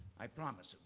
i promise.